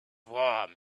warm